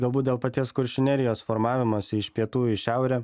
galbūt dėl paties kuršių nerijos formavimosi iš pietų į šiaurę